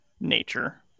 nature